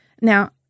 Now